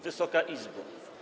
Wysoka Izbo!